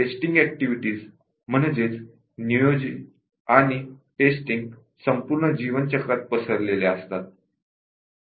testing activities planning आणि testing संपूर्ण life cycle मध्ये असतात